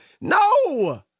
no